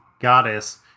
goddess